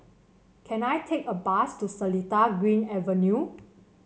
can I take a bus to Seletar Green Avenue